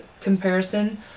comparison